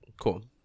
Cool